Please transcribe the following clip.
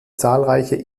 zahlreiche